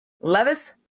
Levis